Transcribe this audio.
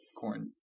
corn